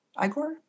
Igor